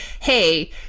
hey